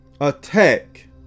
attack